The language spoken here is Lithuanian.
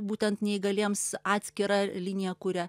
būtent neįgaliems atskirą liniją kuria